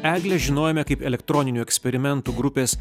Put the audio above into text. eglę žinojome kaip elektroninių eksperimentų grupės